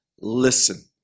Listen